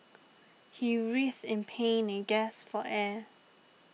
he writhed in pain and gasped for air